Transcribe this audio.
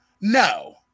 No